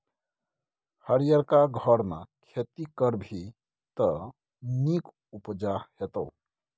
हरियरका घरमे खेती करभी त नीक उपजा हेतौ